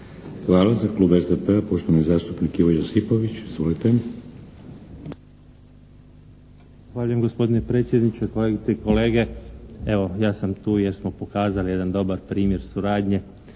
Hvala. Za Klub SDP-a poštovani zastupnik Ivo Josipović. Izvolite! **Josipović, Ivo (Nezavisni)** Zahvaljujem gospodine predsjedniče. Kolegice i kolege! Evo, ja sam tu jer smo pokazali jedan dobar primjer suradnje.